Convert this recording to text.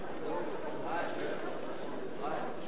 להביע אי-אמון בממשלה